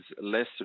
less